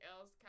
else